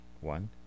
One